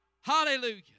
Hallelujah